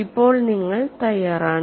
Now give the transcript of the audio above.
ഇപ്പോൾ നിങ്ങൾ തയ്യാറാണ്